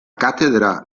càtedra